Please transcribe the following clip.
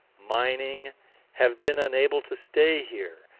mining have been unable to stay here,